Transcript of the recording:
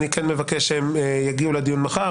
אני מבקש שהם יגיעו לדיון מחר,